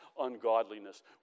ungodliness